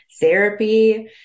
therapy